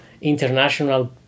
international